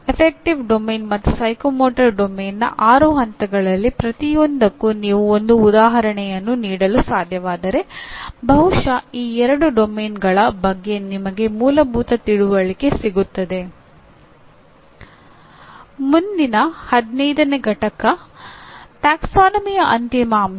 ಗಣನ ಕ್ಷೇತ್ರ ಮತ್ತು ಮನೋಪ್ರೇರಣಾ ಕ್ಷೇತ್ರದ ಆರು ಹಂತಗಳಲ್ಲಿ ಪ್ರತಿಯೊಂದಕ್ಕೂ ನೀವು ಒಂದು ಉದಾಹರಣೆಯನ್ನು ನೀಡಲು ಸಾಧ್ಯವಾದರೆ ಬಹುಶಃ ಈ ಎರಡು ಕಾರ್ಯಕ್ಷೇತ್ರಗಳ ಬಗ್ಗೆ ನಿಮಗೆ ಮೂಲಭೂತ ತಿಳುವಳಿಕೆ ಸಿಗುತ್ತದೆ ಮುಂದಿನ 15 ನೇ ಪಠ್ಯ ಪ್ರವರ್ಗದ ಅಂತಿಮ ಅಂಶ